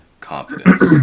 confidence